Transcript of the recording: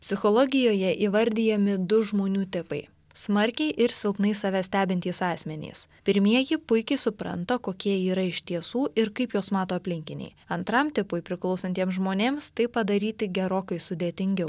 psichologijoje įvardijami du žmonių tipai smarkiai ir silpnai save stebintys asmenys pirmieji puikiai supranta kokie jie yra iš tiesų ir kaip juos mato aplinkiniai antram tipui priklausantiems žmonėms tai padaryti gerokai sudėtingiau